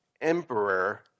emperor